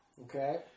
Okay